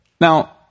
Now